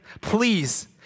please